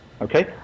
Okay